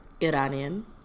Iranian